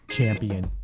Champion